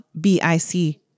b-i-c